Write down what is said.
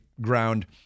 ground